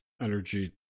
energy